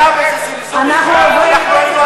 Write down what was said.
חבר הכנסת עיסאווי פריג',